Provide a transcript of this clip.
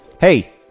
Hey